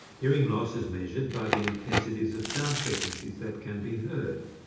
hearing loss is measured by the intensities of sound frequencies that can be heard.